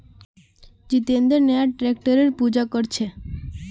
जितेंद्र नया ट्रैक्टरेर पूजा कर छ